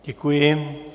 Děkuji.